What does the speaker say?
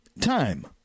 time